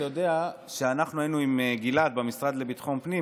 אתה יודע שאנחנו היינו עם גלעד במשרד לביטחון פנים.